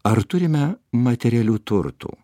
ar turime materialių turtų